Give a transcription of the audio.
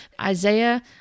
Isaiah